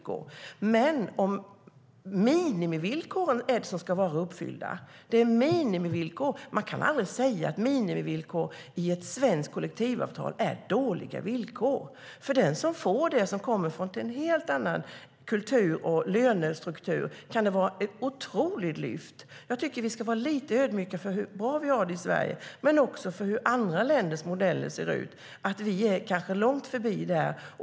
Men det är minimivillkoren som ska vara uppfyllda. Man kan aldrig säga att minimivillkor i ett svenskt kollektivavtal är dåliga villkor. För den som får det och kommer från en helt annan kultur och lönestruktur kan det vara ett otroligt lyft. Jag tycker att vi ska vara lite ödmjuka inför hur bra vi har det i Sverige men också för hur andra länders modeller ser ut. Vi har kanske gått långt förbi dem.